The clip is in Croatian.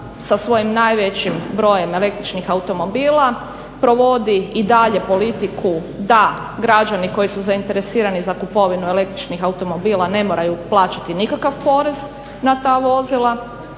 sa svojim najvećim brojem električnih automobila provodi i dalje politiku da građani koji su zainteresirani za kupovinu električnih automobila ne moraju plaćati nikakav porez na ta vozila,